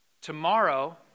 Tomorrow